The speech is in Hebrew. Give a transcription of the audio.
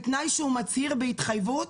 בתנאי שהוא מצהיר בהתחייבות